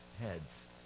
Heads